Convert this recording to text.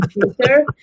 computer